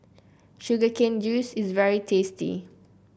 Sugar Cane Juice is very tasty